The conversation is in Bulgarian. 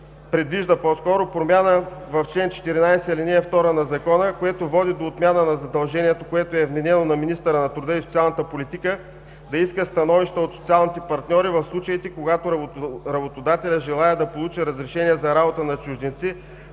предвижда промяна в чл. 14, ал. 2 на Закона, което води до отмяна на задължението, което е вменено на министъра на труда и социалната политика – да иска становища от социалните партньори в случаите, когато работодателят желае да получи разрешения за работа на чужденци